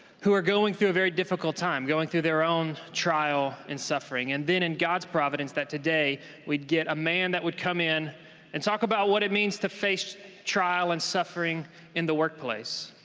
who are going through a very difficult time, going through their own trial and suffering. and then, in god's providence, that today we'd get a man who would come in and talk about what it means to face trial and suffering in the workplace.